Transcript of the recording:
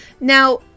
Now